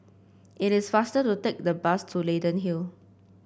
it is faster to take the bus to Leyden Hill